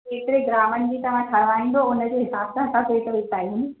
केतिरे ग्रामनि जी तव्हां ठहाराईंदो उनजे हिसाब सां असां फ़ेट विझिदा आहियूं न